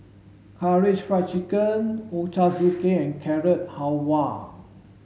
Karaage Fried Chicken Ochazuke and Carrot Halwa